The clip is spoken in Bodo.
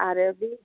आरो बे